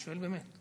אני שואל באמת.